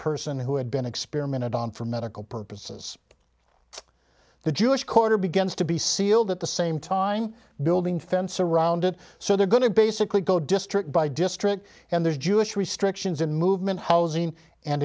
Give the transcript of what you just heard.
person who had been experimented on for medical purposes the jewish quarter begins to be sealed at the same time building fence around it so they're going to basically go district by district and there's jewish restrictions in movement housing and